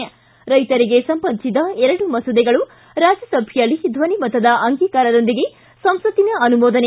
ಿ ಕರೈತರಿಗೆ ಸಂಬಂಧಿಸಿದ ಎರಡು ಮಸೂದೆಗಳು ರಾಜ್ಯಸಭೆಯಲ್ಲಿ ಧ್ವನಿಮತದ ಅಂಗೀಕಾರದೊಂದಿಗೆ ಸಂಸತ್ತಿನ ಅನುಮೋದನೆ